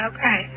Okay